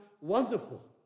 Wonderful